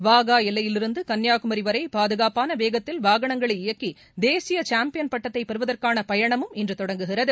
வாகா எல்லையிலிருந்து கன்னியாகுமரி வரை பாதுகாப்பான வேகத்தில் வாகனங்களை இயக்கி தேசிய சாம்பியன் பட்டத்தை பெறுவதற்கான பயணமும் இன்று தொடங்குகிறது